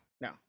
No